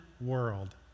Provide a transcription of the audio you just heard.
world